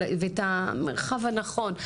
ואת המרחב הנכון.